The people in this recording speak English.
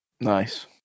Nice